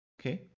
Okay